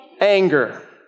anger